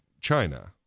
China